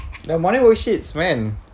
that money will shits man